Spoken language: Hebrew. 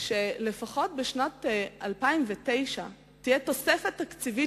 שלפחות בשנת 2009 תהיה תוספת תקציבית